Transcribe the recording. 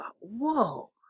whoa